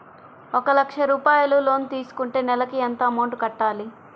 ఒక లక్ష రూపాయిలు లోన్ తీసుకుంటే నెలకి ఎంత అమౌంట్ కట్టాలి?